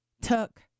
took